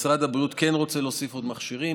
משרד הבריאות רוצה להוסיף עוד מכשירים,